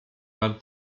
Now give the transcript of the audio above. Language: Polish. war